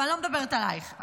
אני לא מדברת עלייך,